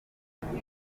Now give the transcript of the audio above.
yavuze